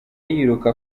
yiruka